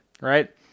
right